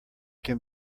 can